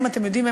אתם יודעים,